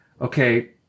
Okay